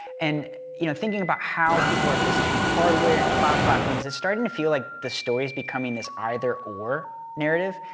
and you know thinking about how people are positioning hardware and cloud platforms, it's starting to feel like the story is becoming this either-or narrative.